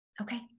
Okay